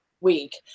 week